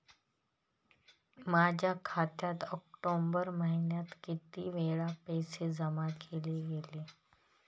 माझ्या खात्यात ऑक्टोबर महिन्यात किती वेळा पैसे जमा केले गेले?